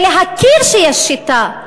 זה להכיר שיש שיטה,